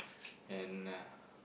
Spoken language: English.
and uh